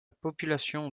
population